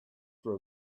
for